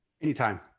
Anytime